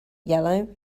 yellow